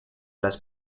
las